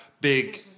big